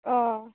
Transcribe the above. अ